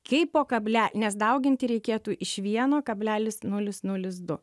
kai po kable nes dauginti reikėtų iš vieno kablelis nulis nulis du